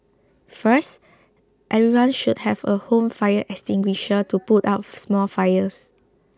first everyone should have a home fire extinguisher to put out small fires